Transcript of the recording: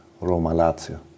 Roma-Lazio